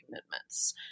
commitments